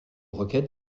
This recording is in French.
requêtes